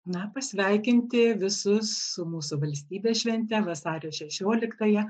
na pasveikinti visus su mūsų valstybės švente vasario šešioliktąja